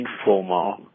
informal